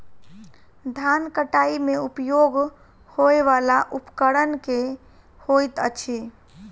धान कटाई मे उपयोग होयवला उपकरण केँ होइत अछि?